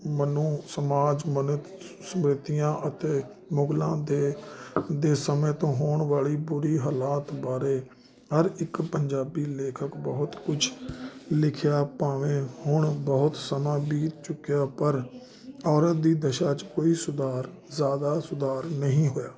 ਮਨੂ ਸਮਾਜ ਮਨੁੱਖ ਸਮਿਤੀਆਂ ਅਤੇ ਮੁਗਲਾਂ ਦੇ ਦੇ ਸਮੇਂ ਤੋਂ ਹੋਣ ਵਾਲੀ ਬੁਰੀ ਹਾਲਤ ਬਾਰੇ ਹਰ ਇੱਕ ਪੰਜਾਬੀ ਲੇਖਕ ਬਹੁਤ ਕੁਝ ਲਿਖਿਆ ਭਾਵੇਂ ਹੁਣ ਬਹੁਤ ਸਮਾਂ ਬੀਤ ਚੁੱਕਿਆ ਪਰ ਔਰਤ ਦੀ ਦਸ਼ਾ 'ਚ ਕੋਈ ਸੁਧਾਰ ਜ਼ਿਆਦਾ ਸੁਧਾਰ ਨਹੀਂ ਹੋਇਆ